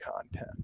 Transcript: content